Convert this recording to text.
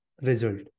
result